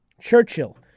Churchill